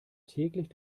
täglich